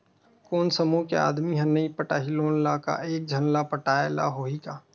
कोन समूह के आदमी हा नई पटाही लोन ला का एक झन ला पटाय ला होही का?